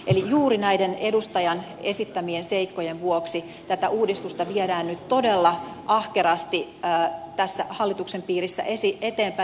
eli juuri näiden edustajan esittämien seikkojen vuoksi tätä uudistusta viedään nyt todella ahkerasti tässä hallituksen piirissä eteenpäin